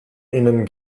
ihnen